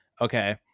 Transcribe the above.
okay